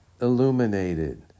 illuminated